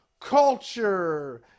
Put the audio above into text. culture